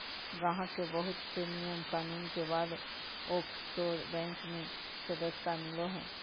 गाहक के बहुत से नियम कानून के बाद ओफशोर बैंक मे सदस्यता मिलो हय